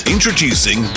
Introducing